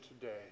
today